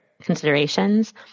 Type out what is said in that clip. considerations